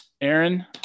Aaron